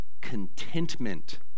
contentment